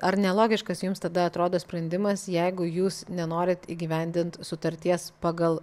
ar nelogiškas jums tada atrodo sprendimas jeigu jūs nenorit įgyvendint sutarties pagal